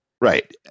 Right